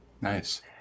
nice